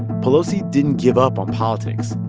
pelosi didn't give up on politics.